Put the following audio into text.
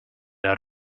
out